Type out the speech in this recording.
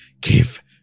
Give